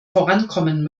vorankommen